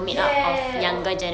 ya al~